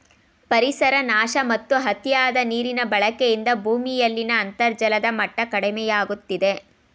ಪರಿಸರ ನಾಶ ಮತ್ತು ಅತಿಯಾದ ನೀರಿನ ಬಳಕೆಯಿಂದ ಭೂಮಿಯಲ್ಲಿನ ಅಂತರ್ಜಲದ ಮಟ್ಟ ಕಡಿಮೆಯಾಗುತ್ತಿದೆ